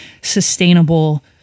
sustainable